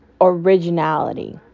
originality